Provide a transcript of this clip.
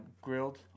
grilled